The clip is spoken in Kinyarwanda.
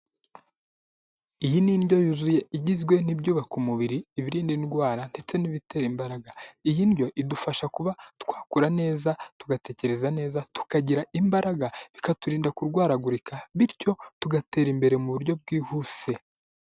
Iyi ni indyo yuzuye igizwe n'ibyubaka umubiri, ibirinda indwara ndetse n'ibitera imbaraga; iyi ndyo idufasha kuba twakura neza, tugatekereza neza, tukagira imbaraga, bikaturinda kurwaragurika; bityo tugatera imbere mu buryo bwihuse.